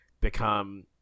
become